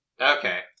Okay